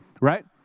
Right